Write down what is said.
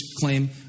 claim